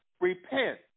repent